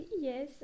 yes